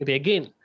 again